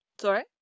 sorry